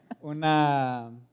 Una